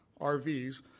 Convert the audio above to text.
RVs